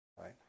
right